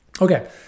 Okay